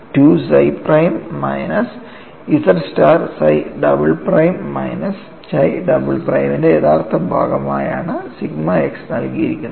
2 psi prime minus z star psi double prime minus chi double പ്രൈമിന്റെ യഥാർത്ഥ ഭാഗമായാണ് sigma x നൽകിയിരിക്കുന്നത്